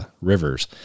rivers